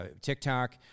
TikTok